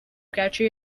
catchy